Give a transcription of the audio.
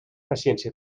paciència